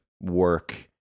work